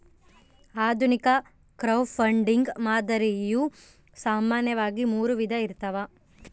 ಆಧುನಿಕ ಕ್ರೌಡ್ಫಂಡಿಂಗ್ ಮಾದರಿಯು ಸಾಮಾನ್ಯವಾಗಿ ಮೂರು ವಿಧ ಇರ್ತವ